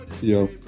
Yo